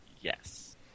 Yes